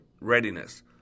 readiness